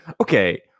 Okay